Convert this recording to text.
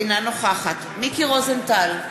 אינה נוכחת מיקי רוזנטל,